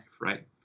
Right